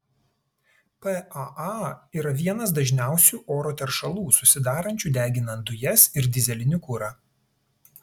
paa yra vienas dažniausių oro teršalų susidarančių deginant dujas ir dyzelinį kurą